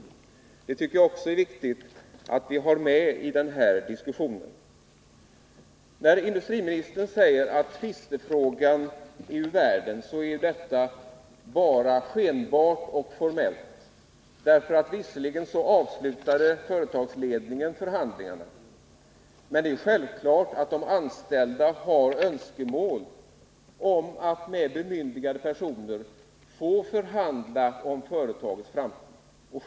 Det måste vara med i den här diskussionen. När industriministern säger att tvistefrågan är ur världen, är detta bara skenbart och formellt. Visserligen avslutade företagsledningen förhandlingarna. Men det är självklart att de anställda har önskemål om att med bemyndigade personer få förhandla om företagets framtid.